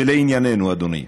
ולענייננו, אדוני,